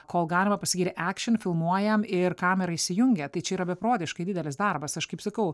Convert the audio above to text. kol galima pasakyti ekšin filmuojam ir kamera įsijungia tai čia yra beprotiškai didelis darbas aš kaip sakau